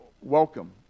welcome